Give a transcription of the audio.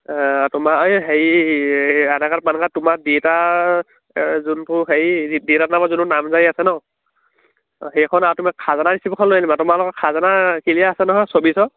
তোমাৰ এই হেৰি আধাৰ কাৰ্ড পান কাৰ্ড তোমাৰ দেউতাৰ যোনটো হেৰি দেউতাৰ নামত যোনটো নামজাৰি আছে নহ্ সেইখন আৰু তুমি খাজানা ৰিছিপ্ট এখন লৈ আনিবা তোমালোকৰ খাজানা ক্লিয়াৰ আছে নহয় ছৌবিছৰ